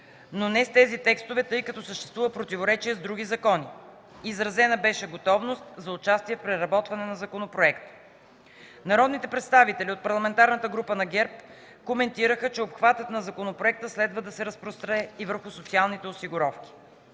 но не с тези текстове, тъй като съществува противоречие с други закони. Изразена беше готовност за участие в преработване на законопроекта. Народните представители от Парламентарната група на ГЕРБ коментираха, че обхватът на законопроекта следва да се разпростре и върху социалните осигуровки.